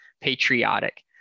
patriotic